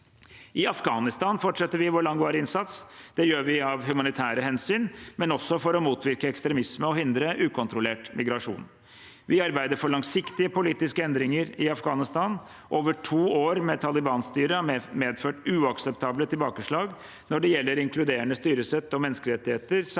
I Afghanistan fortsetter vi vår langvarige innsats. Det gjør vi av humanitære hensyn, men også for å motvirke ekstremisme og hindre ukontrollert migrasjon. Vi arbeider for langsiktige politiske endringer i Afghanistan. Over to år med Taliban-styre har medført uakseptable tilbakeslag når gjelder inkluderende styresett og menneskerettigheter,